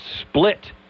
split